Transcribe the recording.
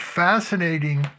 fascinating